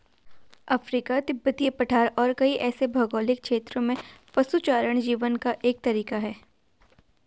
Africa, तिब्बती पठार और कई ऐसे भौगोलिक क्षेत्रों में पशुचारण जीवन का एक तरीका है